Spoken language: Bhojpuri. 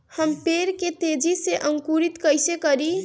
हम पेड़ के तेजी से अंकुरित कईसे करि?